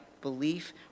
belief